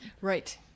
Right